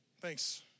Thanks